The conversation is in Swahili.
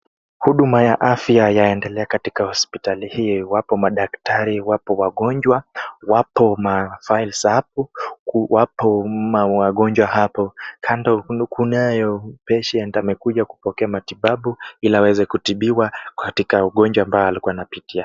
Huduma ya afya yanaendelea katika hospitali hii. Wapo madaktari, wapo wagonjwa, wapo mafiles hapo, wapo wagonjwa hapo. Kando kuna patient amekuja kupokea matibabu ili aweze kutibiwa katika ugonjwa ambao alikuwa anapitia.